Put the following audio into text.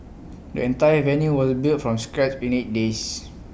the entire venue was built from scratch in eight days